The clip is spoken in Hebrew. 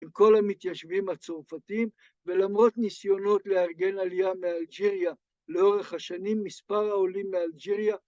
‫עם כל המתיישבים הצרפתיים, ‫ולמרות ניסיונות לארגן עלייה מאלג'יריה, ‫לאורך השנים מספר העולים מאלג'יריה...